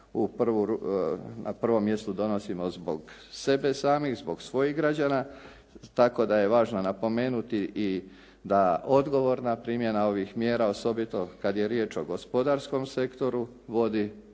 na prvom mjestu donosimo zbog sebe samih, zbog svojih građana tako da je važno napomenuti i da odgovorna primjena ovih mjera osobito kad je riječ o gospodarskom sektoru vodi i